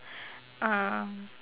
uh